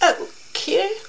Okay